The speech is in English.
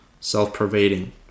self-pervading